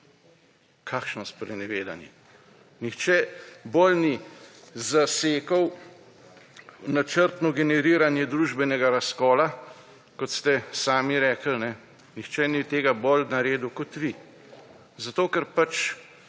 Kakšno sprenevedanje! Nihče bolj ni zasekal v načrtno generiranje družbenega razkola, kot ste sami rekli, nihče ni tega bolj naredil kot vi, zato ker pač